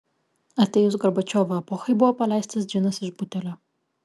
atėjus gorbačiovo epochai buvo paleistas džinas iš butelio